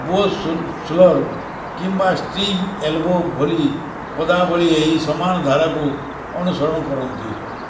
ବୋ ସୁଲ ସୁଲର୍ କିମ୍ବା ଷ୍ଟ୍ରିଂ ଏଲ୍ବୋ ଭଲି ପଦାବଳୀ ଏହି ସମାନ ଧାରାକୁ ଅନୁସରଣ କରନ୍ତି